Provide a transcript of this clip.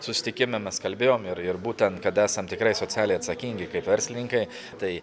susitikime mes kalbėjom ir ir būtent kad esam tikrai socialiai atsakingi kaip verslininkai tai